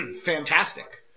fantastic